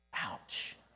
Ouch